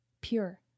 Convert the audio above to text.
pure